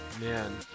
Man